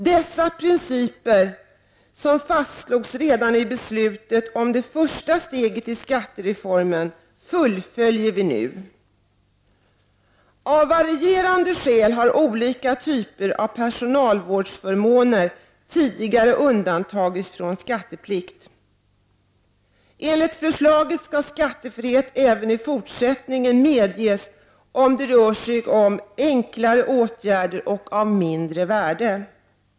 Dessa principer, som fastslogs redan i beslutet om det första steget i skattereformen, fullföljer vi nu. Av varierande skäl har olika typer av personalvårdsförmåner tidigare undantagits från skatteplikt. Enligt förslaget skall skattefrihet även i fortsättningen medges om det rör sig om enklare åtgärder av mindre värde.